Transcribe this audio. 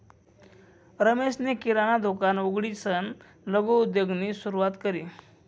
रमेशनी किराणा दुकान उघडीसन लघु उद्योगनी सुरुवात करी